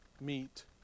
meet